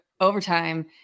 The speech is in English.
overtime